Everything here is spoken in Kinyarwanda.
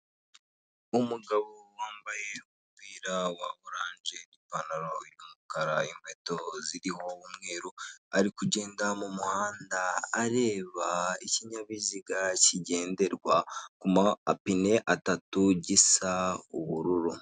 Umugabo wambaye umupira wa oranje ipantaro y'umukara inkweto ziriho umweru, ari kugenda mu muhanda areba ikinyabiziga kigenderwa ku mapine atatu gisa ubururu.